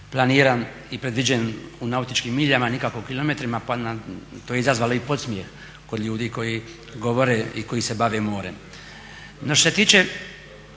planiran i predviđen u nautičkim miljama nikako kilometrima pa je to izazvalo i podsmijeh kod ljudi koji govore i koji se bave morem.